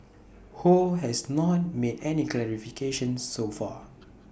ho has not made any clarifications so far